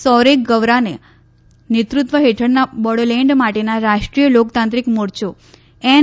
સૌરેગવરાના નૈતૃત્વ હેઠળના બોડોલેન્ડ માટેના રાષ્ટ્રીય લોકતાંત્રિક મોરચો એન